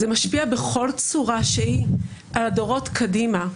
זה משפיע בכל צורה שהיא על הדורות קדימה.